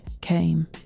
came